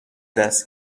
دست